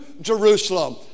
Jerusalem